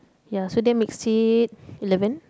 ya so that makes it eleven